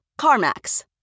CarMax